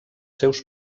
seus